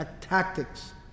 tactics